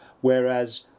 whereas